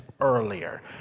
earlier